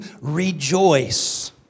rejoice